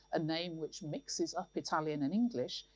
a name which mixes up italian and english,